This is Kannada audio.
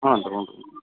ಹ್ಞೂ ರೀ ಹ್ಞೂ ರೀ